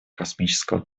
космического